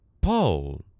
Paul